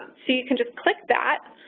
so you can just click that,